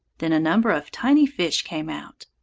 then a number of tiny fish came out.